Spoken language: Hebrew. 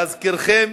להזכירכם,